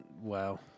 Wow